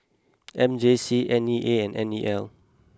M J C N E A and N E L